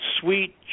sweet